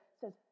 says